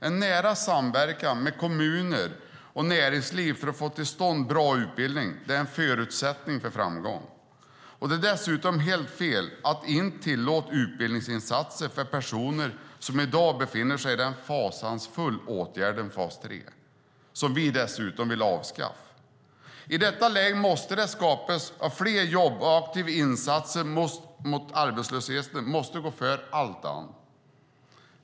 En nära samverkan mellan kommuner och näringsliv för att få till stånd bra utbildning är en förutsättning för framgång. Det är dessutom helt fel att inte tillåta utbildningsinsatser för personer som i dag befinner sig i den fasansfulla åtgärden fas 3, som vi dessutom vill avskaffa. I detta läge måste det skapas fler jobb. Aktiva insatser mot arbetslösheten måste gå före allt annat.